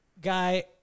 Guy